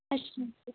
ਅੱਛਾ ਜੀ